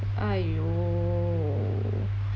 !aiyo!